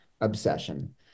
obsession